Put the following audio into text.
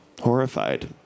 horrified